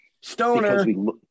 stoner